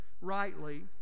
rightly